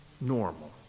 normal